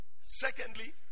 Secondly